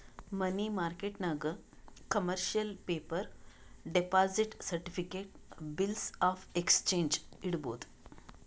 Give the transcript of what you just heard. ಮನಿ ಮಾರ್ಕೆಟ್ನಾಗ್ commercial paper, deposit certificate, bills of exchange ಇಡ್ಬೋದ್